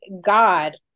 God